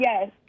Yes